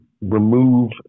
remove